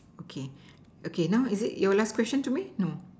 okay okay now is it your last question to me no